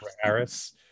Harris